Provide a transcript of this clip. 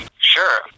Sure